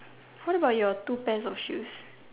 what about your two pairs of shoes